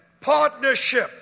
partnership